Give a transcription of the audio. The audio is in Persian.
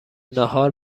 ناهار